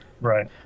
right